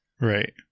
Right